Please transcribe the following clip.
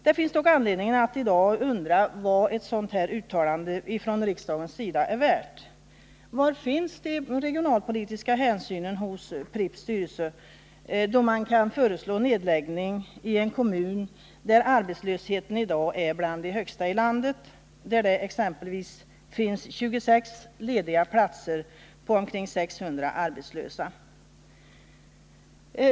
Det finns dock anledning att i dag undra vad ett sådant uttalande av riksdagen är värt. Var finns de regionalpolitiska hänsynen hos Pripps styrelse, då man kan föreslå nedläggning i en kommun där siffrorna för arbetslösheten i dag är bland de högsta i landet och där det exempelvis finns 26 lediga platser på omkring 600 arbetslösa?